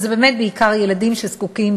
ואלה באמת בעיקר ילדים שזקוקים,